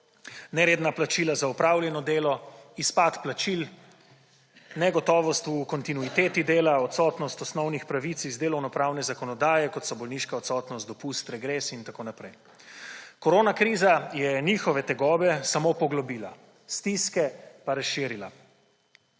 neredna plačila za opravljeno delo, izpad plačil, negotovost v kontinuiteti dela, odsotnost osnovnih pravic iz delovno-pravne zakonodaje, kot so bolniška odsotnost, dopust, regres in tako naprej. Koronakriza je njihove tegobe samo poglobila, stiske pa razširila.